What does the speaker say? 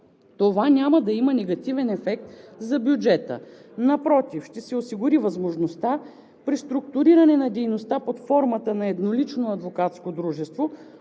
Това няма да има негативен ефект за бюджета – напротив, ще се осигури възможността при структуриране на дейността под формата на еднолично адвокатско дружество